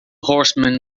horsemen